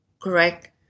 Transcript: correct